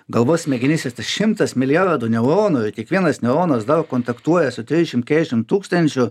galvos smegenyse šimtas milijardų neuronų ir kiekvienas neuronas dar kontaktuoja su trisdešimt kedešimt tūkstančių